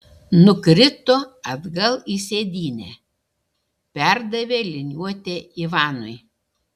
nukrito atgal į sėdynę perdavė liniuotę ivanui